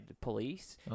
police